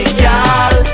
girl